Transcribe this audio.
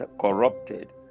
corrupted